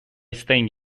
staying